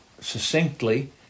succinctly